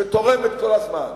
שתורמת כל הזמן,